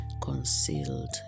concealed